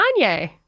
Kanye